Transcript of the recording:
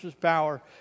power